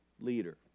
leader